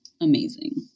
amazing